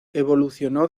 evolucionó